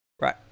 Right